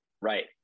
Right